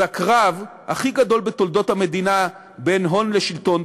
אז הקרב הכי גדול בתולדות המדינה בין הון לשלטון,